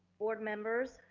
board members,